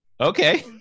okay